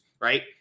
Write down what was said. right